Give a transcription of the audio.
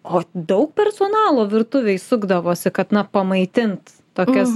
o daug personalo virtuvėj sukdavosi kad na pamaitint tokias